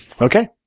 Okay